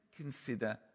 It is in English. consider